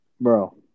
Bro